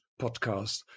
podcast